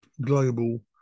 global